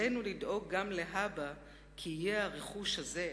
עלינו לדאוג גם להבא כי יהיה הרכוש הזה,